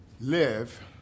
live